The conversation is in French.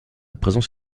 présence